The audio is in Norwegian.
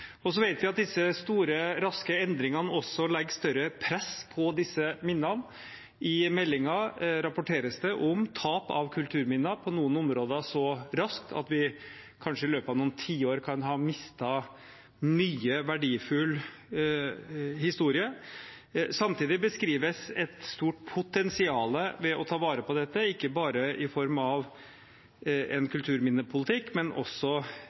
Så vet vi at disse store, raske endringene også legger større press på disse minnene. I meldingen rapporteres det om tap av kulturminner som på noen områder skjer så raskt at vi kanskje i løpet av noen tiår kan ha mistet mye verdifull historie. Samtidig beskrives et stort potensial ved å ta vare på dette, ikke bare i form av en kulturminnepolitikk, men også